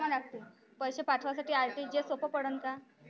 पैसे पाठवासाठी आर.टी.जी.एसचं सोप पडते का?